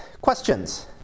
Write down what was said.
questions